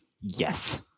Yes